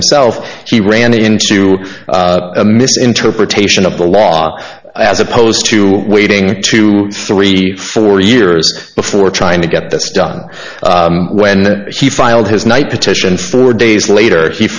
himself he ran into a misinterpretation of the law as opposed to waiting two three four years before trying to get this done when he filed his night petition four days later he